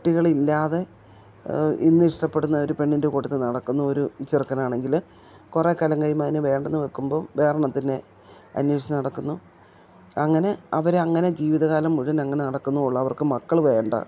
കുട്ടികളില്ലാതെ ഇന്നിഷ്ടപ്പെടുന്ന ഒരു പെണ്ണിൻ്റെ കൂട്ടത്തിൽ നടക്കുന്നു ഒരു ചെറുക്കനാണെങ്കിൽ കുറേ കാലം കഴിയുമ്പം അതിനെ വേണ്ടെന്നു വെക്കുമ്പം വേറൊരെണ്ണത്തിനെ അന്വേഷിച്ചു നടക്കുന്നു അങ്ങനെ അവരങ്ങനെ ജീവിത കാലം മുഴുവൻ അങ്ങനെ നടക്കുന്നുള്ളു അവർക്ക് മക്കൾ വേണ്ട